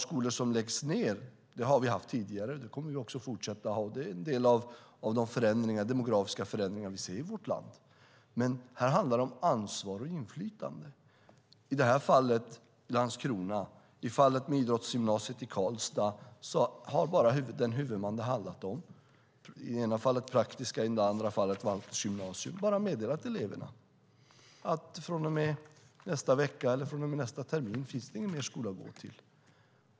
Skolor som läggs ned har vi haft tidigare, och det kommer vi att fortsätta att ha. Det är en del av de demografiska förändringar vi ser i vårt land. Men här handlar det om ansvar och inflytande. I fallet med Landskrona och i fallet med idrottsgymnasiet i Karlstad har de huvudmän som de handlat om, i det ena fallet för Praktiska gymnasiet, i det andra fallet för Walthers gymnasium, bara meddelat eleverna att från och med nästan vecka eller från och med nästa termin finns det ingen skola att gå till.